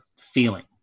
feeling